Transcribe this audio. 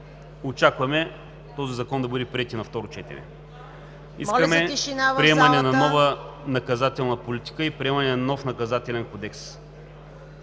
Очакваме този закон да бъде приет и на второ четене. Искаме приемане на нова наказателна политика и приемане на нов Наказателен кодекс,